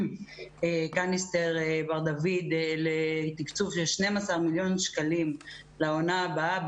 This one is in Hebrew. קניסטר בר-דוד לתקצוב של 12 מיליון שקלים לעונה הבאה.